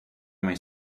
mig